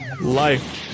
life